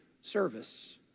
service